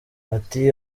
ati